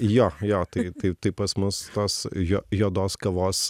jo jo tai tai tai pas mus tos jo juodos kavos